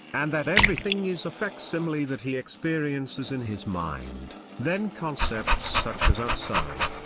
and that everything is a facsimile that he experiences in his mind, then concepts such as outside,